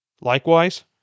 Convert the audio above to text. Likewise